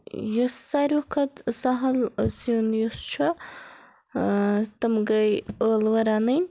یُس ساروی کھۄتہٕ سَہَل سیُن یُس چھُ تِم گٔے ٲلوٕ رَنٕنۍ